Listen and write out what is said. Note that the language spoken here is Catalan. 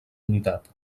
unitat